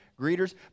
greeters